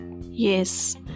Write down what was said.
Yes